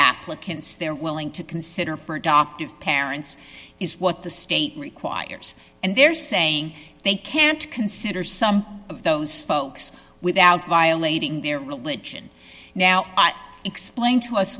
applicants they're willing to consider for a doctor's parents is what the state requires and they're saying they can't consider some of those folks without violating their religion now explain to us